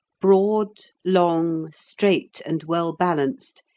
broad, long, straight, and well-balanced,